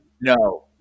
No